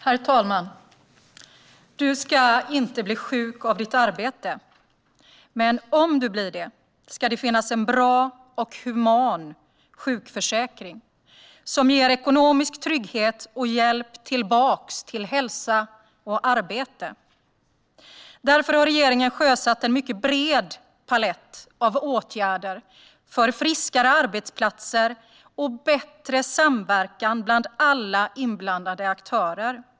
Herr talman! Du ska inte bli sjuk av ditt arbete, men om du blir det ska det finnas en bra och human sjukförsäkring som ger ekonomisk trygghet och hjälp tillbaka till hälsa och arbete. Därför har regeringen sjösatt en mycket bred palett av åtgärder för friskare arbetsplatser och bättre samverkan mellan alla inblandade aktörer.